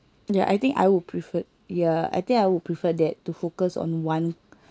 ya I think I will prefer ya I think I would prefer that to focus on one